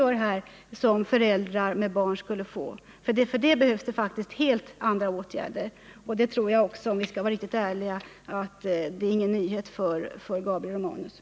För att uppnå de grundläggande förbättringar som vi talar om behövs det helt andra åtgärder, och det tror jag står klart också för Gabriel Romanus, om han är riktigt ärlig.